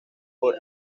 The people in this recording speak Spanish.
por